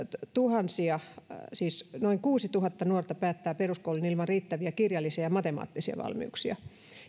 tuhansia siis noin kuusituhatta nuorta jotka päättävät peruskoulun ilman riittäviä kirjallisia ja matemaattisia valmiuksia